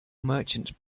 merchants